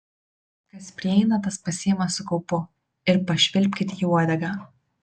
kas prieina tas pasiima su kaupu ir pašvilpkit į uodegą